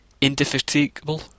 Indefatigable